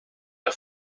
her